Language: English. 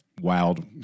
wild